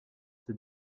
ses